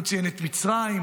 הוא ציין את מצרים,